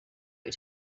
you